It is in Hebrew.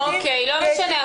לא משנה.